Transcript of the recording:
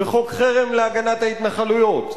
וחוק חרם להגנת ההתנחלויות,